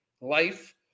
life